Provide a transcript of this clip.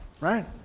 right